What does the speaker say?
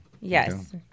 Yes